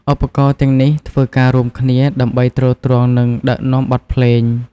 ឧបករណ៍ទាំងនេះធ្វើការរួមគ្នាដើម្បីទ្រទ្រង់ និងដឹកនាំបទភ្លេង។